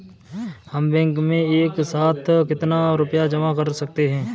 हम बैंक में एक साथ कितना रुपया जमा कर सकते हैं?